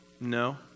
No